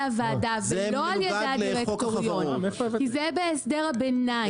הועדה ולא על ידי הדירקטוריון כי זה בהסדר הביניים.